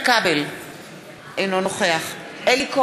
אינו נוכח אלי כהן,